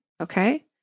Okay